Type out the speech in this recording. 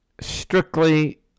Strictly